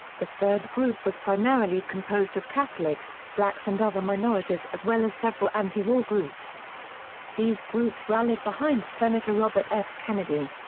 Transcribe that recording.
the third group was primarily composed of catholics, blacks and other minorities as well as several antiwar groups these groups rallied behind senator robert f. kennedy.